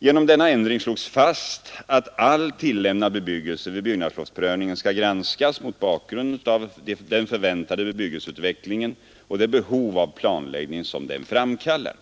Genom denna ändring slogs fast att all tillämnad bebyggelse vid byggnadslovsprövningen skall granskas mot bakgrund av den förväntade bebyggelseutvecklingen och det behov av planläggning som den framkallar.